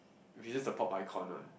which is just a pop icon ah